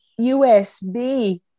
USB